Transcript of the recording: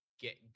get